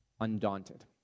undaunted